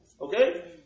Okay